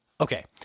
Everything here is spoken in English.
Okay